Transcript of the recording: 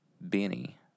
Benny